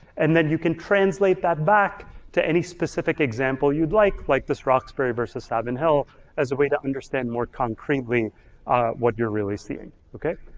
and that you can translate that back to any specific example you'd like, like this roxbury versus savin hill as a way to understand more concretely what you're really seeing, okay?